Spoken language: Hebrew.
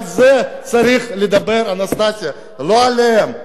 על זה צריך לדבר, אנסטסיה, לא עליהם.